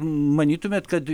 manytumėt kad